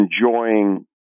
enjoying